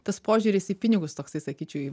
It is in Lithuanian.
tas požiūris į pinigus toksai sakyčiau į